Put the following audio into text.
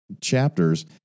chapters